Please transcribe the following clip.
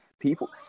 People